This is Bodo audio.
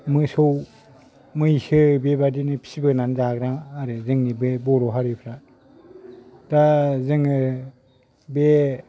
मोसौ मैसो बेबादिनो फिबोनानै जाग्रा आरो जोंनि बे बर' हारिफ्रा दा जोङो बे